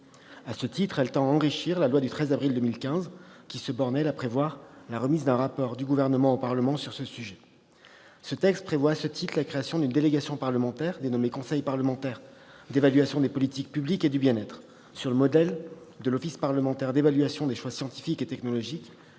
À ce titre, elle tend à enrichir la loi du 13 avril 2015, qui se borne à prévoir la remise d'un rapport du Gouvernement au Parlement sur ce sujet. Ce texte prévoit la création d'une délégation parlementaire dénommée « conseil parlementaire d'évaluation des politiques publiques et du bien-être », sur le modèle de l'Office parlementaire d'évaluation des choix scientifiques et technologiques,